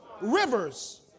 Rivers